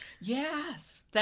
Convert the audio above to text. yes